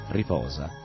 riposa